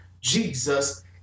Jesus